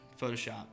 Photoshop